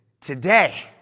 today